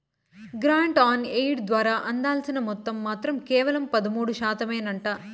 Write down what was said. grant in aid ద్వారా అందాల్సిన మొత్తం మాత్రం కేవలం పదమూడు శాతమేనంట